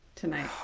tonight